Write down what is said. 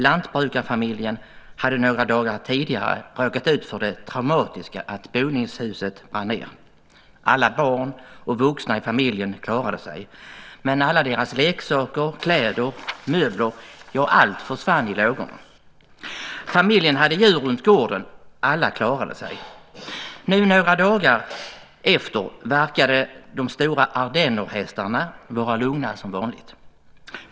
Lantbrukarfamiljen hade några dagar tidigare råkat ut för det traumatiska att boningshuset brann ned. Alla barn och vuxna i familjen klarade sig, men alla deras leksaker, kläder, möbler, ja allt, försvann i lågorna. Familjen hade djur runt gården, och alla klarade sig. Nu några dagar efteråt verkade de stora ardennerhästarna vara lugna som vanligt.